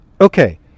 Okay